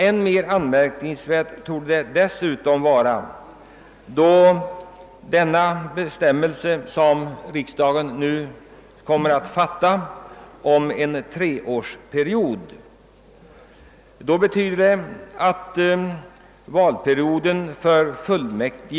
än mer anmärkningsvärd är den bestämmelse som riksdagen nu går att fatta beslut om beträffande en treårig mandatperiod i stället för den fyraåriga enligt nu gällande lag.